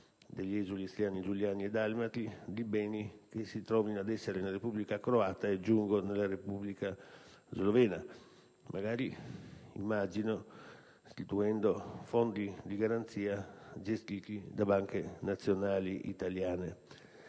degli esuli istriani, giuliani e dalmati, di beni che si trovino nella Repubblica croata e, aggiungo, nella Repubblica slovena, magari istituendo fondi di garanzia gestiti da banche nazionali italiane.